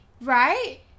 Right